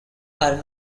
are